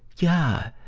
yeah.